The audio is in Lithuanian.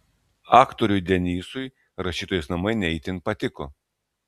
aktoriui denysui rašytojos namai ne itin patiko